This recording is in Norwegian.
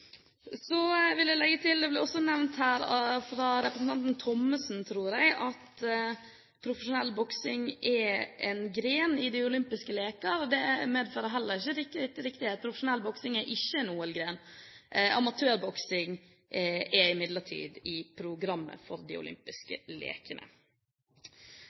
Så vil jeg legge til: Det ble nevnt her fra representanten Thommessen, tror jeg, at profesjonell boksing er en gren i de olympiske lekene. Det medfører heller ikke riktighet. Profesjonell boksing er ikke en OL-gren. Amatørboksing er imidlertid i programmet for de